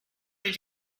did